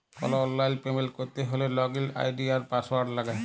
call অললাইল payment ক্যরতে হ্যলে লগইল আই.ডি আর পাসঅয়াড় লাগে